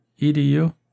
EDU